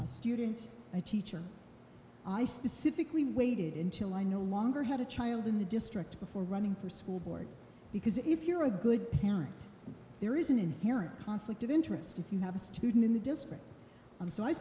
parent teacher i specifically waited until i no longer had a child in the district before running for school board because if you're a good parent there is an inherent conflict of interest if you have a student in the district of so i